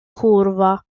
curva